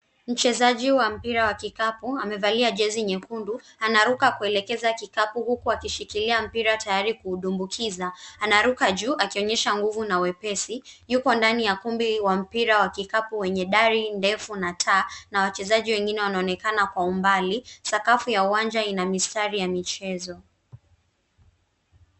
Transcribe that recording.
Mchezaji wa mpira ya kikapu, amevalia jezi nyekundu, anaruka kuelekeza kikapu huku akishikilia mpira tayari kuutumbukiza. Anaruka juu akionyesha nguvu na wepesi. Yuko ndani ya ukumbi wa kikapu wenye dari ndefu na taa na wachezaji wengine wanaonekana kwa umbali. Sakafu ya uwanja ina mistari ya michezo